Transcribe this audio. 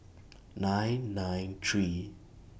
nine nine three